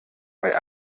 bei